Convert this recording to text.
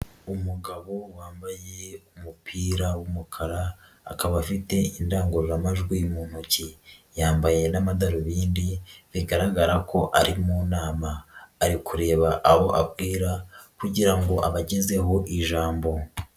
Umugabo wambaye umupira w'umukara, akaba afite indangururamajwi mu ntoki, yambaye n'amadarubindi bigaragara ko ari mu nama ari kureba abo abwira kugira ngo abagezeho ijambo.